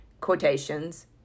Quotations